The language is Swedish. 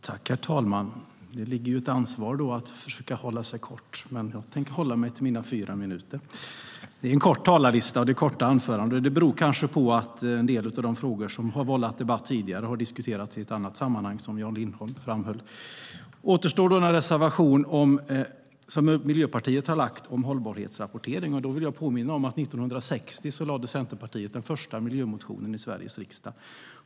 Herr talman! Det är en kort talarlista, och det är korta anföranden. Det beror kanske på att en del av de frågor som har vållat debatt tidigare har diskuterats i ett annat sammanhang, vilket Jan Lindholm framhöll. Då återstår den reservation som Miljöpartiet har skrivit om hållbarhetsrapportering. Jag vill påminna om att Centerpartiet 1960 väckte den första miljömotionen i Sveriges riksdag.